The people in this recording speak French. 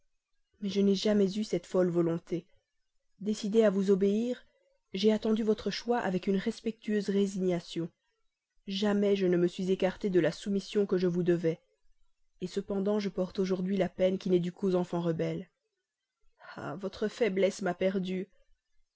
mais je n'ai jamais eu cette folle volonté décidée à vous obéir j'ai attendu votre choix avec une respectueuse résignation jamais je ne me suis écartée de la soumission que je vous devais cependant je porte aujourd'hui la peine qui n'est due qu'aux enfants rebelles ah votre faiblesse m'a perdue